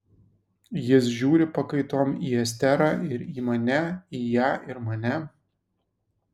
jis žiūri pakaitom į esterą ir į mane į ją ir mane